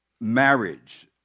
marriage